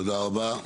תודה רבה.